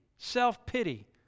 Self-pity